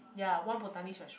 ya one bhutanese restaurant